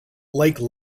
like